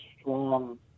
strong